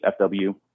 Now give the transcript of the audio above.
FW